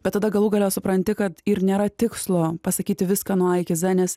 bet tada galų gale supranti kad ir nėra tikslo pasakyti viską nuo a iki z